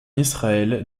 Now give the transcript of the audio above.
israël